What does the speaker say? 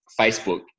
Facebook